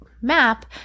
map